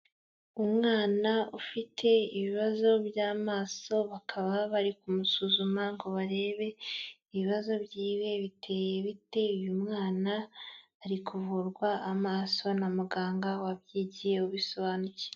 Umwana ufite ibibazo by'amaso, bakaba bari kumusuzuma ngo barebe ibibazo byiwe biteye bite. Uyu mwana ari kuvurwa amaso na muganga wabyigiye ubisobanukiwe.